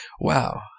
wow